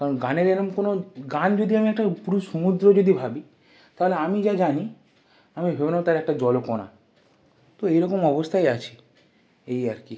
কারণ গানের এরম কোনো গান যদি আমি একটা পুরো সমুদ্র যদি ভাবি তাহলে আমি যা জানি আমি ভেবে নেব তার একটা জলকণা তো এরকম অবস্থায় আছি এই আর কি